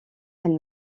elle